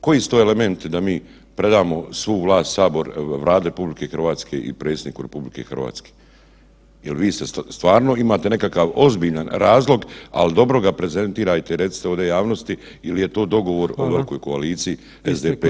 Koji su to elementi da mi predamo svu vlast Vladi RH i predsjedniku RH, jel vi stvarno imate nekakav ozbiljan razlog, al dobro ga prezentirajte i recite ovdje javnosti ili je to dogovor o velikoj koaliciji [[Upadica: Hvala, isteklo je vrijem.]] SDP – HDZ.